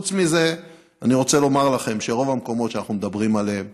חוץ מזה, רוב המקומות שאנחנו מדברים עליהם